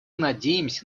надеемся